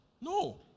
No